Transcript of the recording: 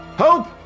Help